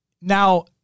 Now